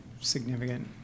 significant